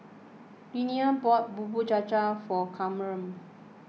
Lionel bought Bubur Cha Cha for Camren